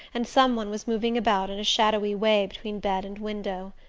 and some one was moving about in a shadowy way between bed and window.